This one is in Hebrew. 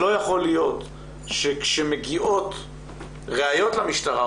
לא יכול להיות שכשמגיעות ראיות למשטרה,